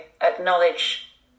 acknowledge